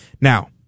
Now